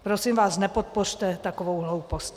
Prosím vás, nepodpořte takovou hloupost.